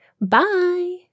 Bye